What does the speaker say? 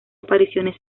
apariciones